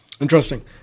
Interesting